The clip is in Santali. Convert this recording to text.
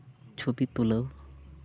ᱪᱷᱚᱵᱤ ᱛᱩᱞᱟᱹᱣ